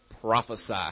prophesy